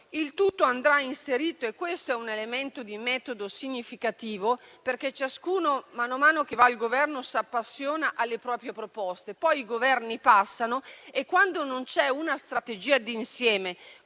escursionistica. Vi è poi un elemento di metodo significativo. Ciascuno, man mano che va al Governo, si appassiona alle proprie proposte; poi i Governi passano e, quando non c'è una strategia d'insieme,